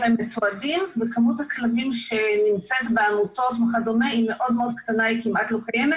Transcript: מתועדים וכמות הכלבים שנמצאת בעמותות וכדומה מאוד קטנה וכמעט לא קיימת,